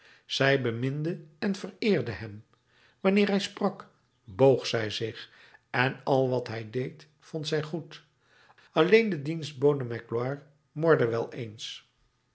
zij beminde en vereerde hem wanneer hij sprak boog zij zich en al wat hij deed vond zij goed alleen de dienstbode magloire morde wel eens